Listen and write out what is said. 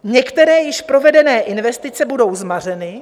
Některé již provedené investice budou zmařeny.